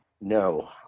no